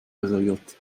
reserviert